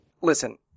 Listen